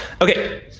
Okay